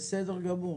בסדר גמור,